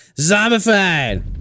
Zombified